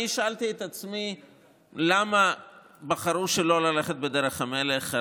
אני שאלתי את עצמי למה בחרו שלא ללכת בדרך המלך.